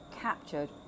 captured